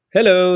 Hello